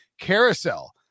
carousel